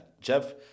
Jeff